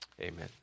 Amen